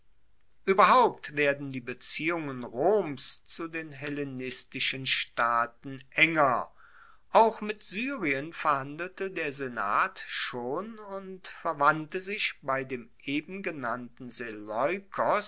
ueberhaupt werden die beziehungen roms zu den hellenistischen staaten enger auch mit syrien verhandelte der senat schon und verwandte sich bei dem